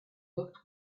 looked